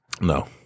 no